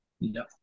No